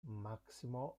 maximo